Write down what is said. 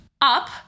up